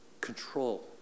control